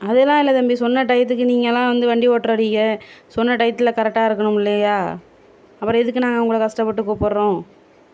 அதெலாம் இல்லை தம்பி சொன்ன டையத்துக்கு நீங்கெலாம் வந்து வண்டி ஓட்டுற வர்றீங்க நீங்கள் சொன்ன டையத்தில் கரெட்டாக இருக்கணும் இல்லையா அப்புறம் எதுக்கு நாங்கள் உங்களை கஷ்டப்பட்டு கூப்பிட்றோம்